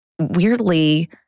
weirdly